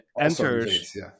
enters